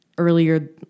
Earlier